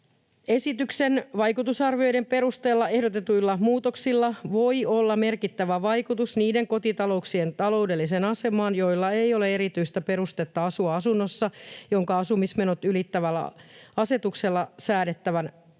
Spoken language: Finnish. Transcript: Esityksen vaikutusarvioiden perusteella ehdotetuilla muutoksilla voi olla merkittävä vaikutus niiden kotitalouksien taloudelliseen asemaan, joilla ei ole erityistä perustetta asua asunnossa, jonka asumismenot ylittävät asetuksella säädettävän asumisnormin.